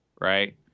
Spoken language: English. right